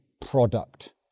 product